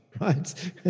right